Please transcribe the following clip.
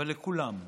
אבל לכולם,